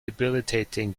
debilitating